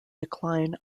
decline